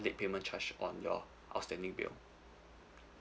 late payment charge on your outstanding bill